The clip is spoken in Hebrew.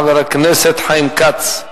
חבר הכנסת חיים כץ.